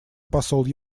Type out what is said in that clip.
посол